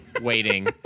waiting